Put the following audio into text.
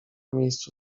miejscu